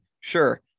sure